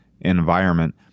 environment